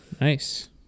nice